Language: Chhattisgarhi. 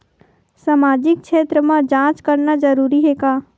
सामाजिक क्षेत्र म जांच करना जरूरी हे का?